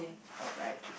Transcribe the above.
alright